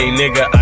nigga